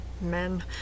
men